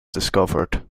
discovered